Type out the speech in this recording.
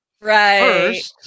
Right